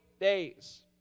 days